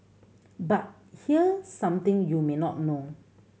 but here something you may not know